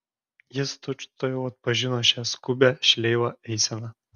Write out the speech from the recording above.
jis tučtuojau atpažino šią skubią šleivą eiseną